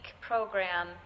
program